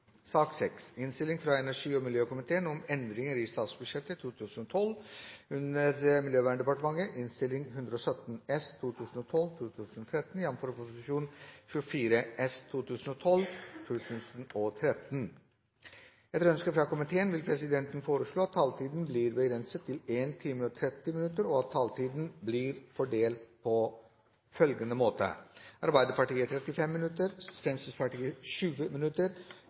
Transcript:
sak nr. 4. Etter ønske fra energi- og miljøkomiteen vil presidenten foreslå at sakene nr. 5 og 6 behandles under ett. – Det anses vedtatt. Etter ønske fra energi- og miljøkomiteen vil presidenten foreslå at taletiden blir begrenset til 1 time og 30 minutter, og at taletiden blir fordelt slik: Arbeiderpartiet 35 minutter, Fremskrittspartiet 20 minutter,